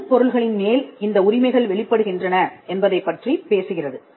எந்தப் பொருள்களின் மேல் இந்த உரிமைகள் வெளிப்படுகின்றன என்பதைப் பற்றிப் பேசுகிறது